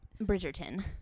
Bridgerton